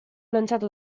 lanciato